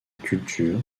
culture